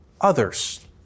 others